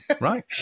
right